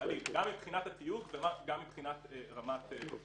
נדמה לי שלאחרונה הייתה גם כתבה על זה.